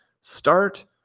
start